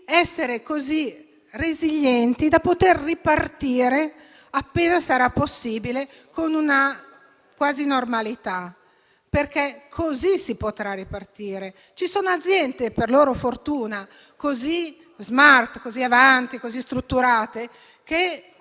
essere così resilienti da poter ripartire, appena sarà possibile, con una quasi normalità, perché così lo si potrà fare. Ci sono aziende, per loro fortuna, così *smart*, così avanti e così strutturate che